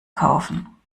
kaufen